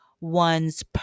one's